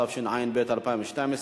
התשע"ב 2012,